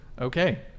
Okay